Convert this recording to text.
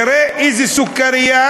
תראה איזו סוכרייה